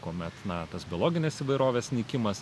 kuomet na tas biologinės įvairovės nykimas